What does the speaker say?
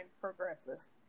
progresses